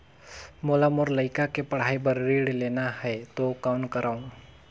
मोला मोर लइका के पढ़ाई बर ऋण लेना है तो कौन करव?